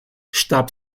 starb